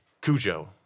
Cujo